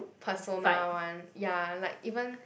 persona one ya like even